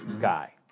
guy